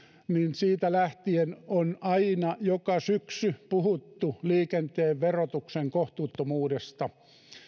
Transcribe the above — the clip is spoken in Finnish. siitä lähtien on aina joka syksy puhuttu liikenteen verotuksen kohtuuttomuudesta